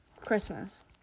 Christmas